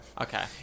Okay